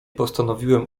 postanowiłem